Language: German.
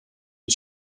die